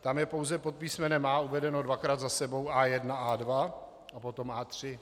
Tam je pouze pod písmenem A uvedeno dvakrát za sebou A1, A2 a potom A3.